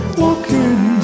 walking